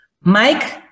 Mike